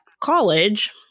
college